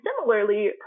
similarly